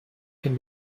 can